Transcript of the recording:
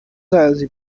elsie